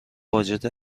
واجد